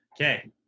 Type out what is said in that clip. Okay